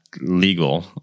legal